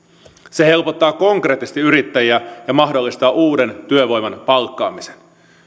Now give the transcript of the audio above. se helpottaa konkreettisesti yrittäjiä ja mahdollistaa uuden työvoiman palkkaamisen